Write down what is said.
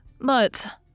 But